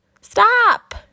Stop